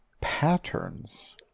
Patterns